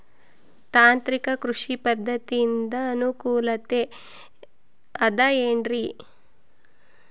ತಾಂತ್ರಿಕ ಕೃಷಿ ಪದ್ಧತಿಯಿಂದ ಅನುಕೂಲತೆ ಅದ ಏನ್ರಿ?